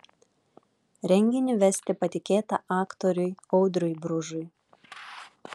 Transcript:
renginį vesti patikėta aktoriui audriui bružui